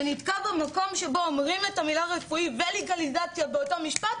זה נתקע במקום שבו אומרים את המילים רפואי ולגליזציה באותו משפט,